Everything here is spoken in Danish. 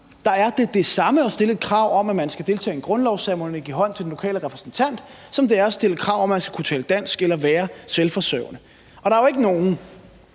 verden er det det samme at stille et krav om, at man skal deltage i en grundlovsceremoni og give hånd til den lokale repræsentant, som det er at stille krav om, at man skal kunne tale dansk eller være selvforsørgende. Og der er jo ikke nogen